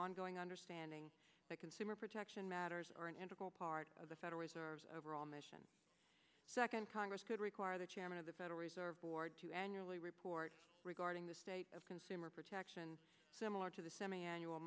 ongoing understanding that consumer protection matters are an integral part of the federal reserve's overall mission second congress could require the chairman of the federal reserve board to annually report regarding the state of consumer protection similar to the semiannual